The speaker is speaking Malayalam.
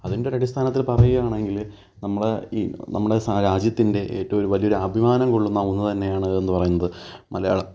അതിൻ്റെ ഒരു അടിസ്ഥാനത്തിൽ പറയുകയാണെങ്കിൽ നമ്മൾ ഈ നമ്മുടെ രാജ്യത്തിൻ്റെ ഏറ്റവും വലിയ ഒരു അഭിമാനം കൊള്ളുന്ന ഒന്നുതന്നെയാണ് എന്ന് പറയുന്നത് മലയാള